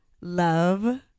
love